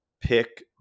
pick